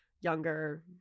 younger